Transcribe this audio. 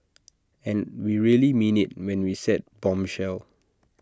and we really mean IT when we said bombshell